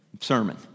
sermon